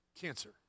cancer